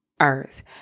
earth